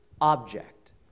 object